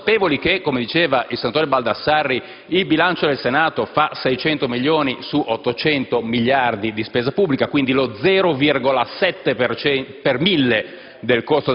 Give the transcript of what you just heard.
e consapevoli che, come diceva il senatore Baldassarri, il bilancio del Senato fa 600 milioni su 800 miliardi di spesa pubblica, quindi lo 0,7 per mille